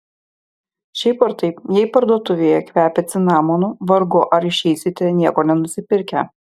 šiaip ar taip jei parduotuvėje kvepia cinamonu vargu ar išeisite nieko nenusipirkę